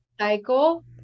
cycle